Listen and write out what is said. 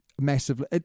Massively